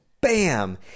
BAM